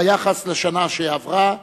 ביחס לשנה שעברה,